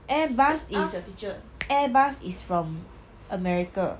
airbus is airbus is from america